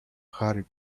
harry